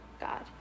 God